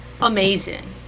Amazing